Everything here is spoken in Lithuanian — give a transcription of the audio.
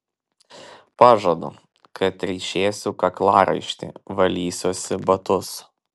pažadu kad ryšėsiu kaklaraištį valysiuosi batus